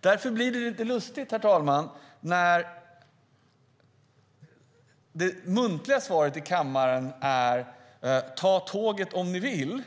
Därför blir det lite lustigt, herr talman, när det muntliga svaret i kammaren är: "Ja, vill du åka tåg, så ta tåget."